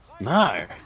No